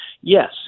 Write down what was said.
Yes